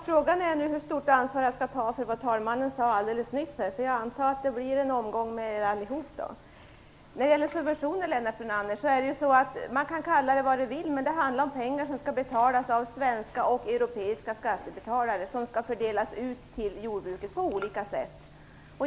Fru talman! Man kan kalla subventionerna vad man vill, Lennart Brunander, men det handlar ändå om pengar som skall betalas av svenska och europeiska skattebetalare och som skall fördelas ut till jordbruket på olika sätt.